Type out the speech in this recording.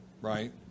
right